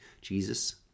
Jesus